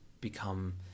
become